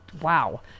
Wow